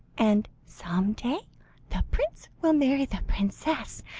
and some day the prince will marry the princess,